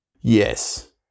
Yes